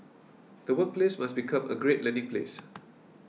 the workplace must become a great learning place